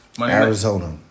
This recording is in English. Arizona